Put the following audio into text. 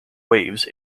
waves